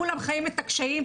כולם חיים את הקשיים,